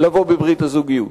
לבוא בברית הזוגיות.